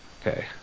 Okay